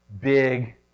big